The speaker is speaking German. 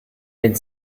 den